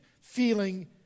feeling